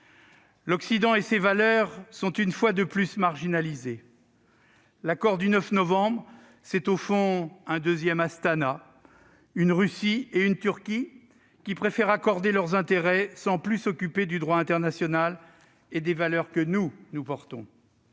L'Occident et ses valeurs sont une fois de plus marginalisés. L'accord du 9 novembre est, au fond, un deuxième Astana, avec une Russie et une Turquie qui préfèrent accorder leurs intérêts sans plus s'occuper du droit international et des valeurs que, nous, nous portons.